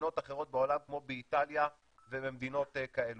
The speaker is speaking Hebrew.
במדינות אחרות בעולם, כמו באיטליה ומדינות אחרות.